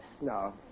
No